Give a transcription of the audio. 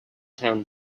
town